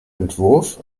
entwurf